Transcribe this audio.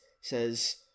says